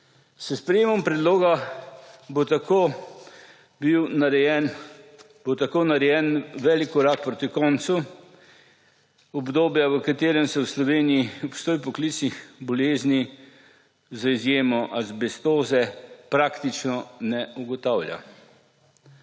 S sprejetjem predloga bo tako narejen velik korak proti koncu obdobja, v katerem se v Sloveniji obstoj poklicnih bolezni z izjemo azbestoze praktično ne ugotavlja.